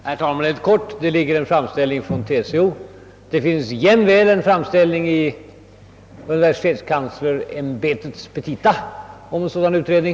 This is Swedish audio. Herr talman! Det föreligger en framställning från TCO, och därjämte finns i universitetskanslersämbetets petita en framställning om sådan utredning.